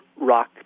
rock